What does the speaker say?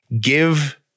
give